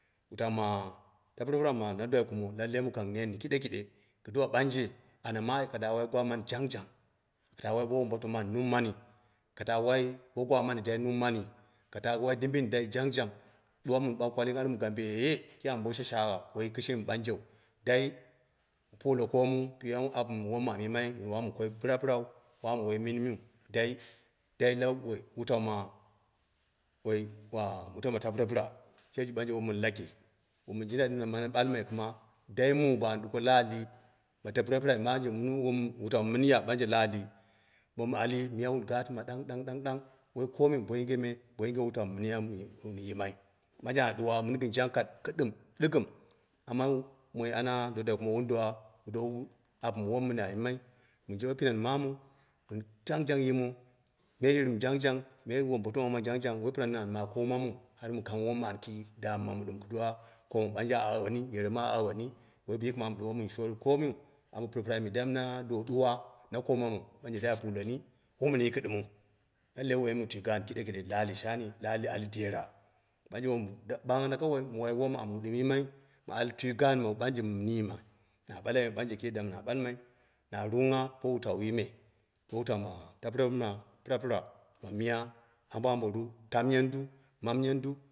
Ma na dwa kuma lallai mi kang nenni kiɗekiɗe kiduwa ɓangje anyama ak ata wai gwa mani jang jang aka wai bo wunbo tuma mani nummani aka ta wai ko gwa mami dai numani, aka ta wai dimbiyini jang jang, ɗuwa min ɓau kwaling armu gambee. kili amu bo shashagha woi, ki shimi ɓangjeu dai mu pule koomu a doni apumu wom amu yimai mɨ amu koi pirapirau dai, dai la wutau ma woi, wutau ma wo tapɨre pɨta mɨn ɓangje min laki, wom na jindai na mano ɓalmai kɨma dai ba mum an ɗuko la'ali ma tapire pirai, maje muni wa utau mi ya la ali bo ali miya wun gatɨma ɗang ɗang woi komiu bo yinge me min, ya ɗɨm min yimai ɓangje anya ɗuwa mɨn gɨn gankat kɨɗɨm, ɗɨgɨm amma moi ana dwadwai kumo won dowa wu dowu apumu won min ya yimai mɨ jobe pinen namu gɨn jangjang yimu, me yimu jangjang, me wombo tum mama jangjang, woi pira nini an ma koma mu har mu kang wom an da'amamu kiduwa ko mu bangje a aweni, woi b kɨmamau wo min shoorii koo miu. Ambo pirai pirai me dai ana domai me ɗuwoi aro komamu banje dai aa puleni, womin yiki ɗɨmɨu. Lailei woyi nale tui gaan kɨɗkɨɗe la ali la ali dera, bangje wom ɓamun kawai mu woi wom amu yimu ai mu al tui gaan mi ɓanje min riima. Na ɓalai me ɓangje kiim yadda na ɓalmai. Na rongngha bo wutauyi me bo wutau tapire ma pirapira ma miya ambo ambo ru, tamiyandu, namiyandu.